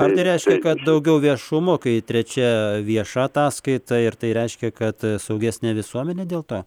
ar tai reiškia kad daugiau viešumo kai trečia vieša ataskaita ir tai reiškia kad saugesnė visuomenė dėl to